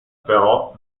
però